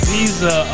Visa